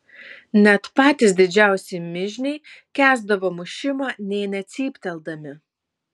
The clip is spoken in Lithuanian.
net patys didžiausi mižniai kęsdavo mušimą nė necypteldami